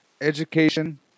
Education